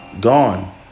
gone